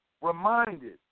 reminded